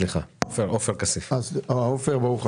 אם זה חצי שנה או שמונה חודשים.